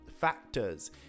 factors